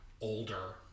older